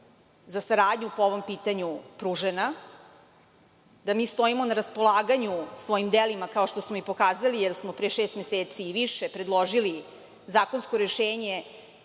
za saradnju po ovom pitanju pružena. Da mi stojimo na raspolaganju svojim delima, kao što smo i pokazali, jer smo pre šest meseci i više predložili zakonsko rešenje